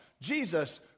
Jesus